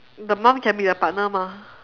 the mum can be a partner mah